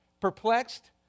perplexed